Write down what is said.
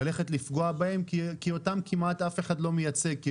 ללכת לפגוע בהם כי אותם כמעט אף אחד לא מייצג,